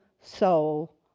soul